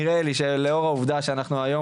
נראה לי שלאור העובדה שאנחנו היום